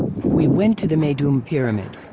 we went to the meidum pyramid.